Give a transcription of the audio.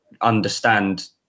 understand